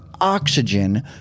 oxygen